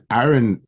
Aaron